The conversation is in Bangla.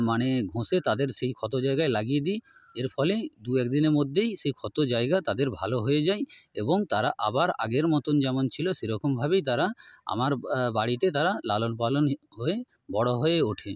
মানে ঘষে তাদের সেই ক্ষত জায়গায় লাগিয়ে দিই এর ফলে দু এক দিনের মধ্যেই সেই ক্ষত জায়গা তাদের ভালো হয়ে যায় এবং তারা আবার আগের মতন যেমন ছিল সেরকমভাবেই তারা আমার বাড়িতে তারা লালন পালন হয়ে বড় হয়ে ওঠে